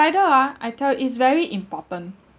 ah I tell is very important